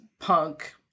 punk